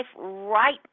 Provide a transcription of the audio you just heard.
right